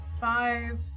five